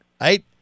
right